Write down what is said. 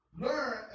learn